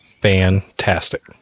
Fantastic